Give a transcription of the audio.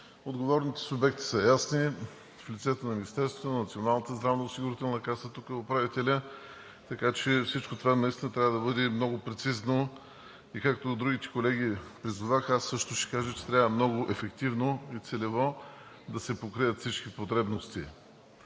Отговорните субекти са ясни в лицето на Министерството, на Националната здравноосигурителна каса, тук е управителят, така че наистина всичко това трябва да бъде и много прецизно. Както и другите колеги призоваха, аз също ще кажа, че трябва много ефективно и целево да се покрият всички потребности.